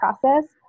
process